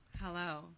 hello